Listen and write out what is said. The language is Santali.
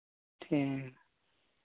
ᱴᱷᱤᱠ ᱜᱮᱭᱟ